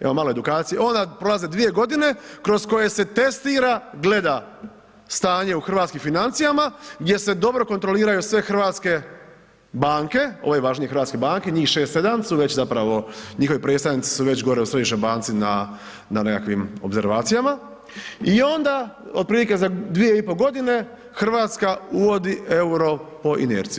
evo malo edukacije, onda prolaze 2.g. kroz koje se testira, gleda stanje u hrvatskim financijama gdje se dobro kontroliraju sve hrvatske banke, ove važnije hrvatske banke, njih 6-7 su već zapravo, njihovi predstavnici su već gore u središnjoj banci na, na nekakvim opservacijama i onda otprilike za 2,5.g. RH uvodi EUR-po inerciji.